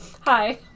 Hi